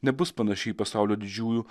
nebus panaši į pasaulio didžiųjų